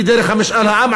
היא דרך משאל העם,